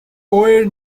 were